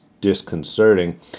disconcerting